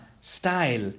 style